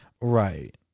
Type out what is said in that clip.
Right